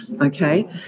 okay